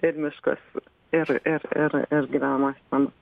ir miškas ir ir ir ir gyvenamuosius namus